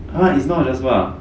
!huh! it's not adjustable ah